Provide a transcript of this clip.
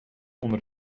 onder